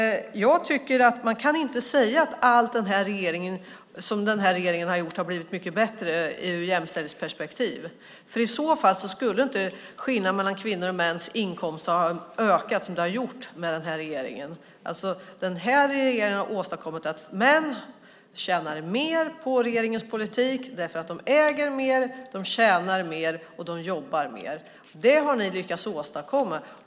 Jag tycker inte att man kan säga att allt som den här regeringen har gjort har blivit mycket bättre ur ett jämställdhetsperspektiv. I så fall skulle inte skillnaden mellan kvinnors och mäns inkomster ha ökat som den har gjort med den här regeringen. Den här regeringen har åstadkommit att män tjänar mer på regeringens politik därför att de äger mer, tjänar mer och jobbar mer. Det har ni lyckats åstadkomma.